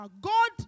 God